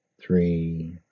three